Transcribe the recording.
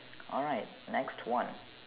alright next one